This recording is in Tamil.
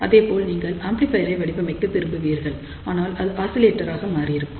அதேபோல் நீங்கள் ஆம்ப்ளிபையர் ஐ வடிவமைக்க விரும்புவீர்கள் ஆனால் அது ஆசிலேட்டராக மாறியிருக்கும்